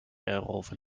erover